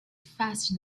faster